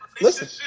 Listen